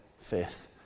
faith